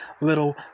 little